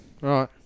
Right